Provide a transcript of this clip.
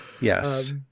Yes